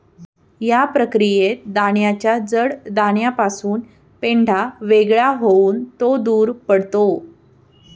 या प्रक्रियेत दाण्याच्या जड दाण्यापासून पेंढा वेगळा होऊन तो दूर पडतो